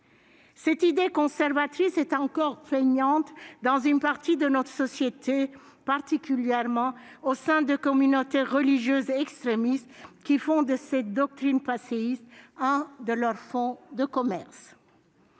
Cette idée conservatrice est encore prégnante dans une partie de notre société, particulièrement au sein de communautés religieuses extrémistes, qui font de cette doctrine passéiste leur fonds de commerce.